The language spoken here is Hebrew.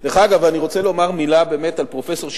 אגב, אני רוצה לומר מלה על פרופסור ששינסקי,